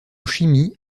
chimie